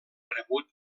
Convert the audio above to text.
rebut